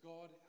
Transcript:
God